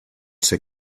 ser